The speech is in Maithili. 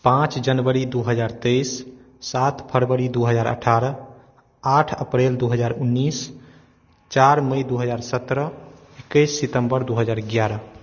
पाँच जनवरी दू हजार तेइस सात फरवरी दू हजार अठ्ठारह आठ अप्रैल दू हजार उन्नीस चारि मई दू हजार सत्रह एक्कैस सितम्बर दू हजार एगारह